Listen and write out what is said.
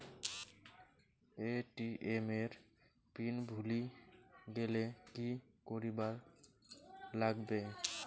ATM এর pin ভুলি গেলে কি করিবার লাগবে?